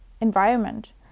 environment